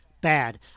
bad